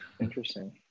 Interesting